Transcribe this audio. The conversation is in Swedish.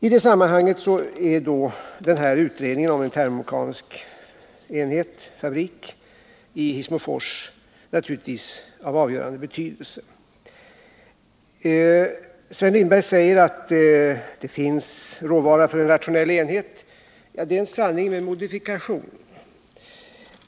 I det sammanhanget är en utredning om en termomekanisk fabrik i Hissmofors naturligtvis av avgörande betydelse. Sven Lindberg säger att det finns råvara för en rationell enhet. Men det är en sanning med modifikation.